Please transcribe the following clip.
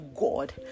God